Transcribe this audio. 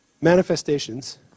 manifestations